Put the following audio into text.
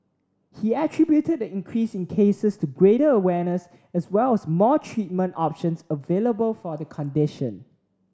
he attributed the increase in cases to greater awareness as well as more treatment options available for the condition